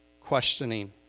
questioning